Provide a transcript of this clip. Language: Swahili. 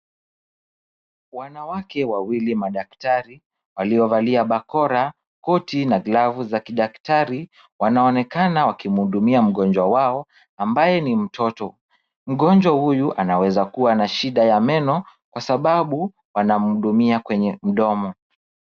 Wanawake wawili madaktari waliovalia bakora, koti na glavu za kidaktari wanaonekana wakimhudumia mgonjwa wao ambaye ni mtoto. Mgonjwa huyu anawezakuwa na shida ya meno kwa sababu wanamhudumia kwenye mdomo.